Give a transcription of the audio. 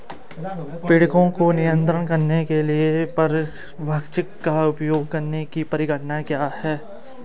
पीड़कों को नियंत्रित करने के लिए परभक्षी का उपयोग करने की परिघटना क्या है?